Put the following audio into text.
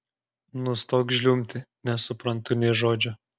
nustok žliumbti nesuprantu nė žodžio